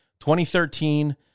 2013